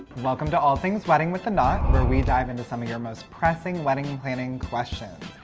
welcome to all things wedding with the knot, where we dive into some of your most pressing wedding planning questions.